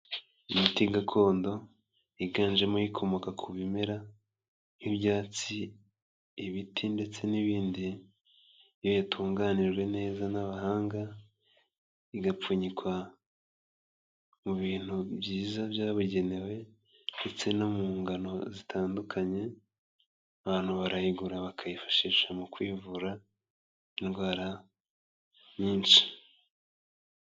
Imiti gakondo yiganjemo ikomoka ku bimera nk'ibyatsi, ibiti, ndetse n'ibindi, iyo yatunganijwe neza n'abahanga, igapfunyikwa mu bintu byiza byabugenewe, ndetse no mu ngano zitandukanye, abantu barayigura bakayifashisha mu kwivura indwara nyinshi.